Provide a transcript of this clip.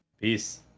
Peace